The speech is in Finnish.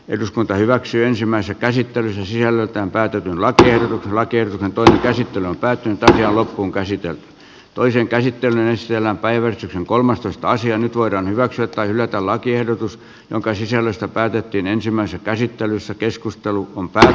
eduskunta hyväksyi ensimmäisen käsittelyn jälkeen päätetään latujen lakien antoi käsittely päättyi tasan ja lopun käsityön toisen käsittelyä siellä päivä on kolmastoista sija nyt voidaan hyväksyä tai hylätä lakiehdotus jonka sisällöstä päätettiin ensimmäisessä käsittelyssä keskustelu on päälle